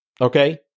okay